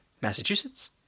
Massachusetts